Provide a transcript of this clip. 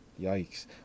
Yikes